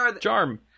Charm